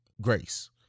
grace